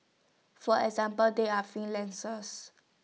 for example they are freelancers